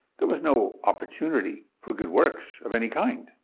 there was no opportunity for good works of any kind.